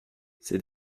c’est